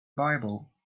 bible